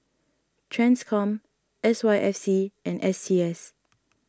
Transcom S Y F C and S T S